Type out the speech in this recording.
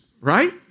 right